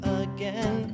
again